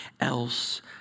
else